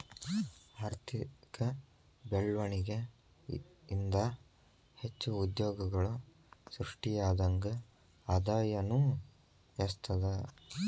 ಆರ್ಥಿಕ ಬೆಳ್ವಣಿಗೆ ಇಂದಾ ಹೆಚ್ಚು ಉದ್ಯೋಗಗಳು ಸೃಷ್ಟಿಯಾದಂಗ್ ಆದಾಯನೂ ಹೆಚ್ತದ